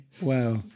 Wow